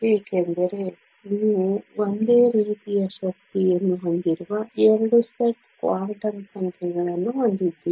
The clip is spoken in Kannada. ಏಕೆಂದರೆ ನೀವು ಒಂದೇ ರೀತಿಯ ಶಕ್ತಿಯನ್ನು ಹೊಂದಿರುವ 2 ಸೆಟ್ ಕ್ವಾಂಟಮ್ ಸಂಖ್ಯೆಗಳನ್ನು ಹೊಂದಿದ್ದೀರಿ